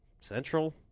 central